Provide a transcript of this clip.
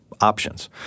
options